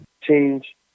change